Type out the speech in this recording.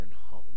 home